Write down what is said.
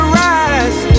rise